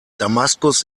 damaskus